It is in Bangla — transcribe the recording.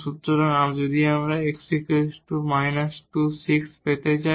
সুতরাং যদি আমরা x −2 6 পেতে চাই